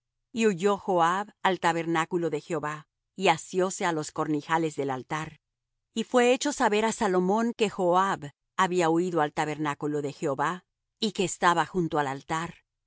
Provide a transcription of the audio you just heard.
y huyó joab al tabernáculo de jehová y asióse á los cornijales del altar y fué hecho saber á salomón que joab había huído al tabernáculo de jehová y que estaba junto al altar